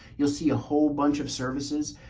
you'll see a whole bunch of services.